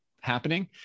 happening